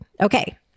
okay